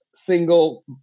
single